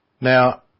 Now